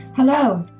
Hello